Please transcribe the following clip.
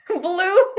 blue